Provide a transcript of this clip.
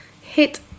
hit